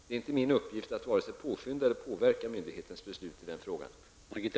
Det är inte min uppgift att vare sig påskynda eller påverka myndighetens beslut i denna fråga.